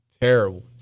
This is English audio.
Terrible